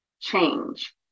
change